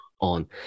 on